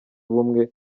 ubumwe